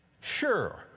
Sure